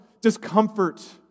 discomfort